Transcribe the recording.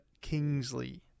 Kingsley